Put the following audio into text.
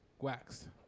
waxed